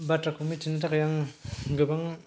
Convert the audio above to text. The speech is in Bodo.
बाथ्राखौ मिथिनो थाखाय आं गोबां